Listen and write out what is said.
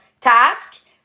task